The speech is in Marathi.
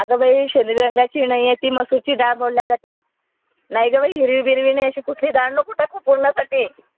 अगंबाई शेंदरी रंगाची नाही आहे ती मसुरची डाळ बोलली जाते नाही ग बाई हिरवी बिर्वी नाही अशी कुठली डाळ नको टाकू पुरणासाठी